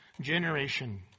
generation